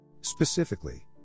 Specifically